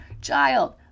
child